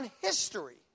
history